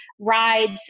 rides